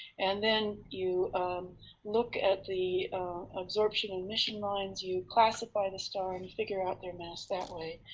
and then you look at the absorption and emission lines. you classify the star and figure out their mass that way.